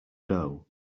doe